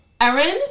Erin